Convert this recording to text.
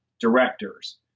directors